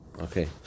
Okay